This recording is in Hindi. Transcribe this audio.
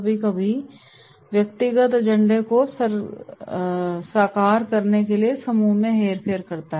कभी कभी व्यक्तिगत एजेंडा को साकार करने के लिए समूह में हेरफेर करना